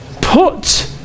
put